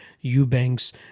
Eubanks